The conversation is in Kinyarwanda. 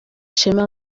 ishema